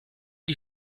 die